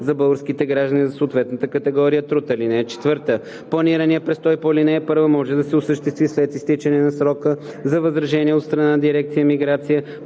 за българските граждани за съответната категория труд. (4) Планираният престой по ал. 1 може да се осъществи след изтичане на срока за възражение от страна на дирекция „Миграция“